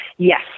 Yes